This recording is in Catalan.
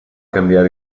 canviar